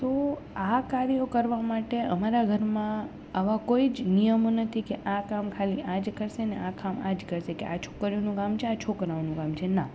તો આ કાર્યો કરવા માટે અમારા ઘરમાં આવા કોઈ જ નિયમો નથી કે આ કામ ખાલી આજ કરશે ને આ કામ આજ કરશે કે આ છોકરીઓનું કામ છે આ છોકરાઓનું કામ છે ના